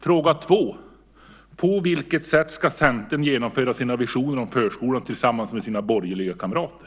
Fråga 2: På vilket sätt ska Centern genomföra sina visioner om förskolan tillsammans med sina borgerliga kamrater?